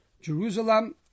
Jerusalem